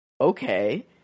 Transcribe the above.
okay